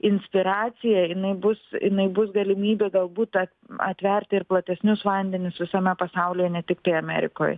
inspiracija jinai bus jinai bus galimybė galbūt tą atverti ir platesnius vandenis visame pasaulyje ne tiktai amerikoj